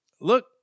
Look